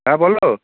হ্যাঁ বলো